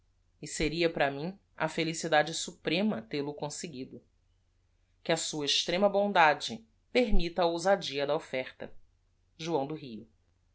interessasem seria para mim a felicidvde suprema tel-o conseguido ue a sua extrema bondade permitta a ousadia da offerta oão do io